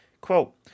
Quote